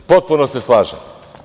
Potpuno se slažem.